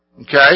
Okay